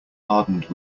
hardened